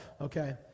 Okay